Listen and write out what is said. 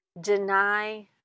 deny